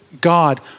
God